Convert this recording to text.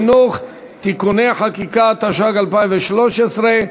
התשע"ג 2013,